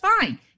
fine